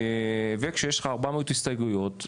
כשיש לך כ-400 הסתייגויות,